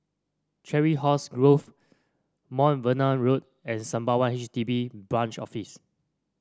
Chiselhurst Grove Mount Vernon Road and Sembawang H D B Branch Office